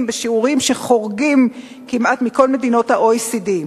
בשיעורים שחורגים מהתשלומים כמעט בכל מדינות ה-OECD.